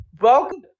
Welcome